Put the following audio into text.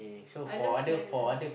I love silence